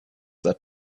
that